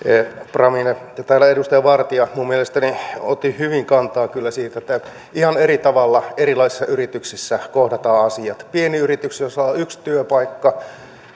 framille täällä edustaja vartia minun mielestäni otti hyvin kantaa kyllä siihen että ihan eri tavalla erilaisissa yrityksissä kohdataan asiat pieni yritys jossa on yksi työpaikka